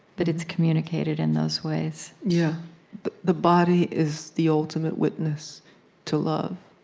but it's communicated in those ways yeah the body is the ultimate witness to love.